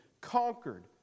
conquered